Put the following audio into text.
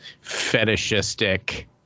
fetishistic